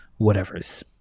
whatevers